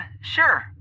sure